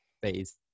Phase